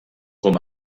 com